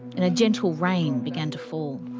and a gentle rain began to fall.